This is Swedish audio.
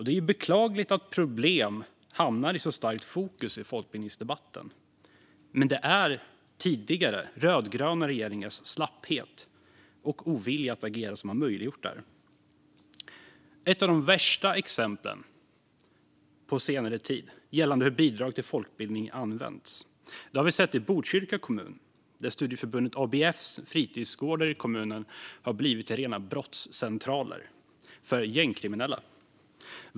Det är beklagligt att problemen hamnar i så starkt fokus i folkbildningsdebatten. Men det är tidigare rödgröna regeringars slapphet och ovilja att agera som har möjliggjort det här. Ett av de värsta exemplen på senare tid gällande hur bidrag till folkbildningen används har vi sett i Botkyrka kommun, där studieförbundet ABF:s fritidsgårdar blivit rena brottscentraler för gängkriminella.